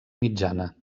mitjana